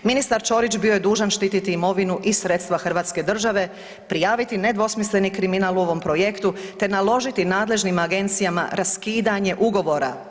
Ministar Ćorić bio je dužan štititi imovinu i sredstva hrvatske države, prijaviti nedvosmisleni kriminal u ovom projektu, te naložiti nadležnim agencijama raskidanje ugovora.